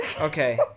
Okay